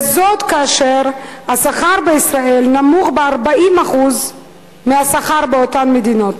זאת כאשר השכר בישראל נמוך ב-40% מהשכר באותן מדינות.